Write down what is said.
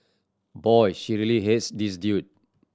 boy she really hates this dude